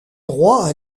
droit